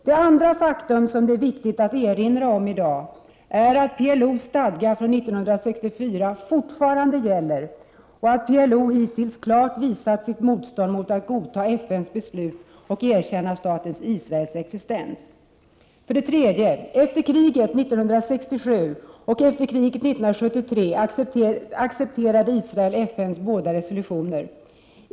Det andra faktum som det är viktigt att erinra om i dag är att PLO:s stadga från 1964 fortfarande gäller, och att PLO hittills klart visat sitt motstånd mot att godta FN:s beslut och erkänna staten Israels existens. För det tredje accepterade Israel FN:s båda resolutioner efter krigen 1967 och 1973.